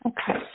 Okay